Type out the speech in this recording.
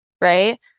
right